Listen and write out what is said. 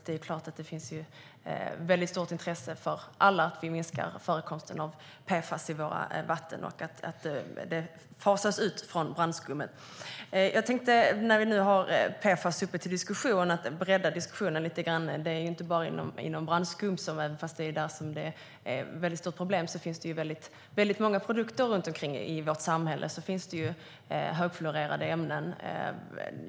Det är klart att det finns ett väldigt stort intresse för alla att vi minskar förekomsten av PFAS i våra vatten och fasar ut det från brandskummet. När vi nu har PFAS uppe till diskussion tänkte jag bredda detta lite grann. Det gäller ju inte bara brandskum, även om det är där det är ett stort problem, utan det finns väldigt många produkter runt omkring i vårt samhälle som innehåller högfluorerade ämnen.